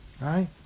right